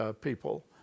people